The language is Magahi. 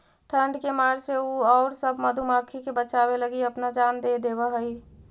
ठंड के मार से उ औउर सब मधुमाखी के बचावे लगी अपना जान दे देवऽ हई